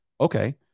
okay